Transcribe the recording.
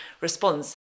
response